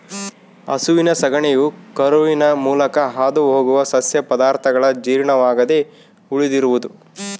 ಹಸುವಿನ ಸಗಣಿಯು ಕರುಳಿನ ಮೂಲಕ ಹಾದುಹೋಗುವ ಸಸ್ಯ ಪದಾರ್ಥಗಳ ಜೀರ್ಣವಾಗದೆ ಉಳಿದಿರುವುದು